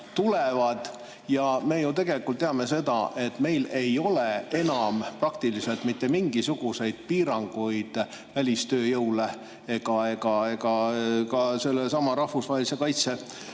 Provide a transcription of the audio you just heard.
tulevad. Me ju tegelikult teame seda, et meil ei ole enam peaaegu mitte mingisuguseid piiranguid välistööjõule ega ka rahvusvahelise kaitse